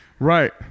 Right